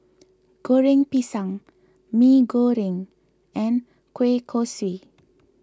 Goreng Pisang Mee Goreng and Kueh Kosui